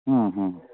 മ്മ് മ്